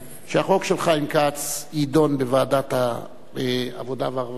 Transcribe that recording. שהחוק של חיים כץ יידון בוועדת העבודה והרווחה,